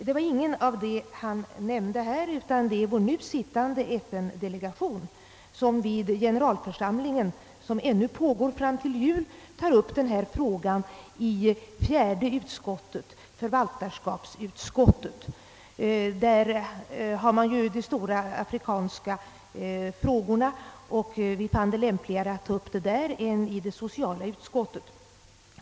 Det är inget av dem han själv nämnde, utan det är vår nu sittande FN-delegation, som i generalförsamlingen — vars session pågår fram till jul — tar upp denna fråga i fjärde utskottet, förvaltarskapsutskottet. Där handläggs de stora afrikafrågorna, och vi fann det lämpligare att ta upp saken där än i det sociala utskottet.